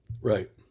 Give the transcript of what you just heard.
Right